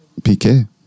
PK